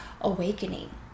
awakening